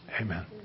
Amen